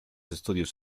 estudios